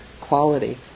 quality